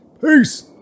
Peace